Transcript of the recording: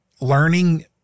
learning